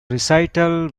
recital